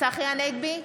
צחי הנגבי,